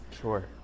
Sure